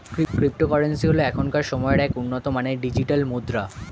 cryptocurrency হল এখনকার সময়ের এক উন্নত মানের ডিজিটাল মুদ্রা